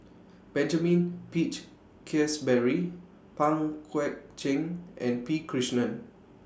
Benjamin Peach Keasberry Pang Guek Cheng and P Krishnan